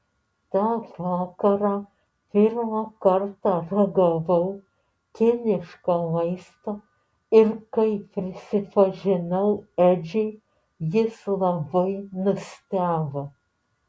tą vakarą pirmą kartą ragavau kiniško maisto ir kai prisipažinau edžiui jis labai nustebo